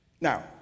Now